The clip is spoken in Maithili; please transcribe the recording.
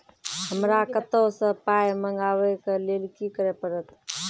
हमरा कतौ सअ पाय मंगावै कऽ लेल की करे पड़त?